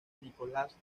nicolás